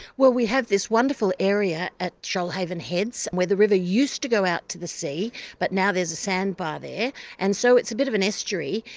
well, we have this wonderful area at shoalhaven heads where the river used to go out to the sea but now there's a sand bar there and so it's a bit of an estuary.